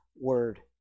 word